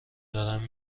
دارم